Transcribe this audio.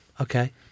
Okay